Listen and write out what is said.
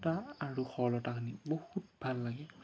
তা আৰু সৰলতা খিনি বহুত ভাল লাগে